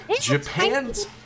Japan's